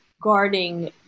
guarding